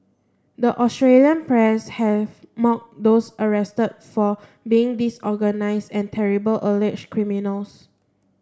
the Australian press have mocked those arrested for being disorganised and terrible alleged criminals